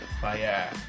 fire